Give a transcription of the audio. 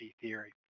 theory